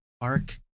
ARC